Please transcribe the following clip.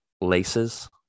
laces